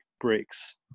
breaks